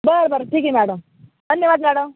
बरं बरं ठीक आहे मॅडम धन्यवाद मॅडम